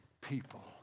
people